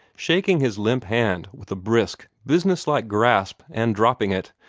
shaking his limp hand with a brisk, business-like grasp, and dropping it.